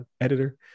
editor